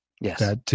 yes